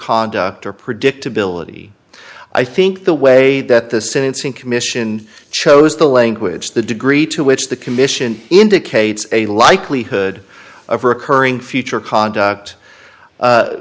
conduct or predictability i think the way that the sentencing commission chose the language the degree to which the commission indicates a likelihood of recurring future conduct